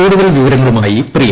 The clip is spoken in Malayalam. കൂടുതൽ വിവരങ്ങളുമായി പ്രിയ